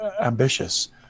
ambitious